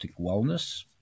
wellness